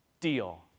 Deal